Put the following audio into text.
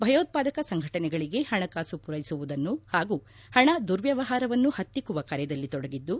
ಭಯೋತ್ಪಾದಕ ಸಂಘಟನೆಗಳಿಗೆ ಹಣಕಾಸು ಪೂರೈಸುವುದನ್ನು ಹಾಗೂ ಹಣ ದುರ್ವ್ಯವಹಾರವನ್ನು ಹತ್ತಿಕ್ಕುವ ಕಾರ್ಯದಲ್ಲಿ ತೊಡಗಿದ್ದು